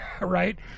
right